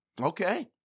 Okay